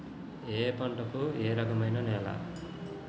ఏ పంటకు ఏ రకమైన నేల?